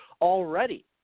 already